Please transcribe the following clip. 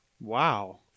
Wow